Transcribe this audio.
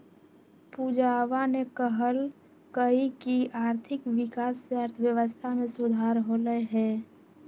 पूजावा ने कहल कई की आर्थिक विकास से अर्थव्यवस्था में सुधार होलय है